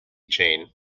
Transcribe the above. chain